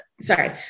sorry